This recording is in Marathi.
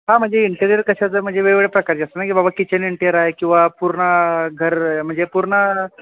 हां म्हणजे इंटेरियर कशाचं म्हणजे वेगवेगळ्या प्रकारची असतं ना की बाबा किचन इंटेयर आहे किंवा पूर्ण घर म्हणजे पूर्ण